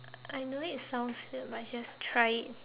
I know it sounds weird but it's just try it